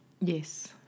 Yes